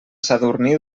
sadurní